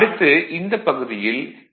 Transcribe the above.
அடுத்து இந்தப் பகுதியில் கே